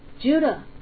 Judah